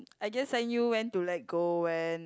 I guess I knew when to let go when